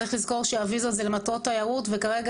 צריך לזכור שהוויזה זה למטרות תיירות וכרגע